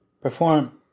perform